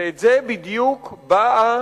ואת זה בדיוק באה